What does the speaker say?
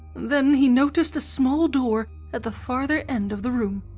then he noticed a small door at the farther end of the room,